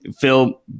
Phil